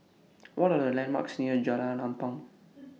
What Are The landmarks near Jalan Ampang